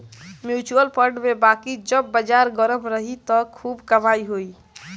mutual fund में बाकी जब बाजार गरम रही त खूब कमाई होई